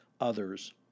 others